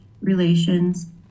relations